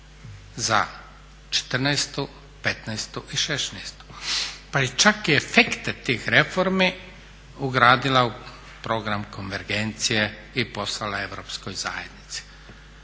i šesnaestu, pa i čak i efekte tih reformi ugradila u program konvergencije i poslala Europskoj zajednici.